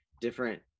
different